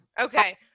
Okay